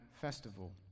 festival